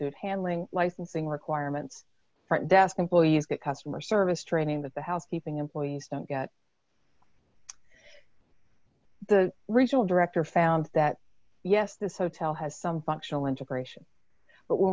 food handling licensing requirements front desk employees that customer service training that the housekeeping employees don't get the regional director found that yes this hotel has some functional integration but